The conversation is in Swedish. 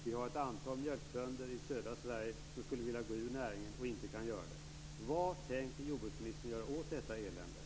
Vi har ett antal mjölkbönder i södra Sverige som skulle vilja gå ur näringen men som inte kan göra det.